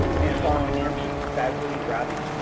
and following nancy, fazley rabbi,